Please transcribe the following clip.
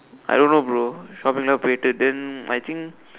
I don't know bro shopping lah later then I think